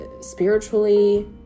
spiritually